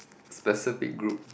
specific group